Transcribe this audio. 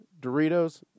Doritos